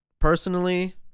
personally